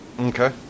Okay